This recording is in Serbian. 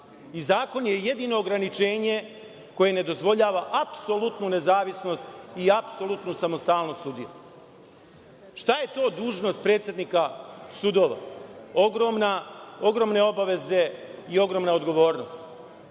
i zakon je jedino ograničenje koje ne dozvoljava apsolutnu nezavisnost i apsolutnu samostalnost sudija. Šta je to dužnost predsednika sudova? Ogromne obaveze i ogromna odgovornost.